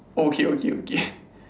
okay okay okay